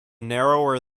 narrower